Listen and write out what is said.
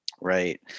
Right